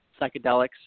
psychedelics